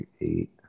eight